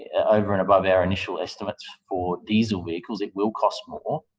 yeah over and above our initial estimates for diesel vehicles, it will cost more,